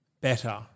better